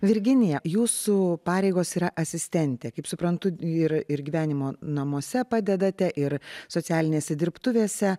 virginija jūsų pareigos yra asistentė kaip suprantu ir ir gyvenimo namuose padedate ir socialinėse dirbtuvėse